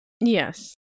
Yes